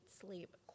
sleep